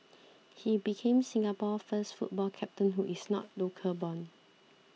he became Singapore's first football captain who is not local born